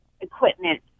equipment